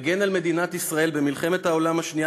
והגן על ארץ-ישראל במלחמת העולם השנייה